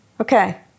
okay